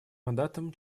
мандатом